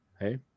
Hey